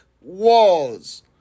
walls